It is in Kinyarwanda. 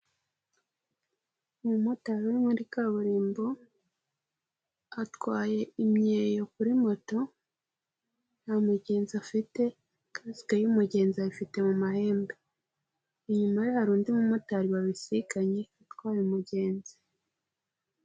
Umumotari wo muri kaburimbo atwaye imyeyo kuri moto nta mugenzi afite kasike y'umugenzi ayifite mu mahembe, inyuma ye hari undi mumotari babisikanye utwaye umugenzi.